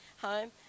home